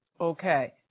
Okay